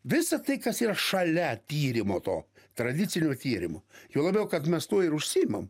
visa tai kas yra šalia tyrimo to tradicinio tyrimo juo labiau kad mes tuo ir užsiimam